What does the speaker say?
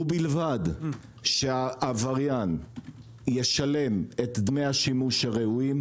ובלבד שהעבריין ישלם את דמי השימוש הראויים.